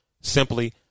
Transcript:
simply